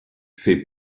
fait